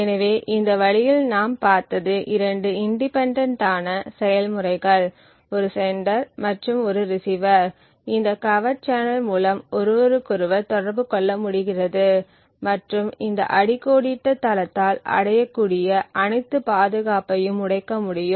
எனவே இந்த வழியில் நாம் பார்த்தது 2 இன்டிபென்டென்ட் ஆன செயல்முறைகள் ஒரு செண்டர் மற்றும் ஒரு ரிசீவர் இந்த கவர்ட் சேனல் மூலம் ஒருவருக்கொருவர் தொடர்பு கொள்ள முடிகிறது மற்றும் இந்த அடிக்கோடிட்ட தளத்தால் அடையக்கூடிய அனைத்து பாதுகாப்பையும் உடைக்க முடியும்